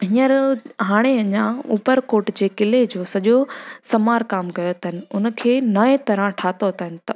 हींअर हाणे अञा ऊपरकोट जे क़िले जो सॼो समार काम कयो अथनि उनखे नए तरह ठाहियो अथनि